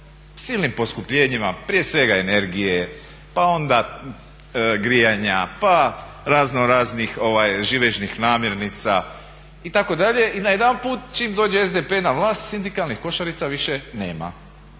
silnim poskupljenjima, prije svega energije pa onda grijanja, pa raznoraznih živežnih namirnica itd. i najedanput čim dođe SDP na vlast sindikalnih košarica više nema.